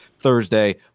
Thursday